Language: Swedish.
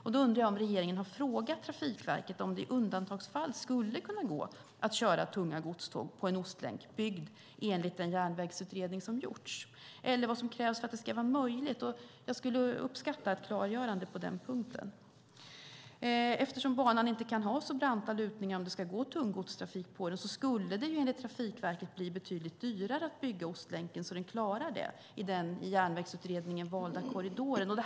Därför undrar jag om regeringen frågat Trafikverket om det i undantagsfall skulle gå att köra tunga godståg på en ostlänk byggd enligt den järnvägsutredning som gjorts eller vad som krävs för att det ska vara möjligt. Jag skulle uppskatta att få ett klargörande på den punkten. Eftersom banan inte kan ha alltför branta lutningar om det ska gå tung godstrafik på den skulle det enligt Trafikverket bli betydligt dyrare att bygga Ostlänken så att den klarar det i den i Järnvägsutredningen valda korridoren.